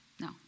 no